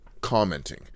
commenting